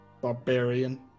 barbarian